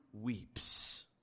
weeps